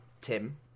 Tim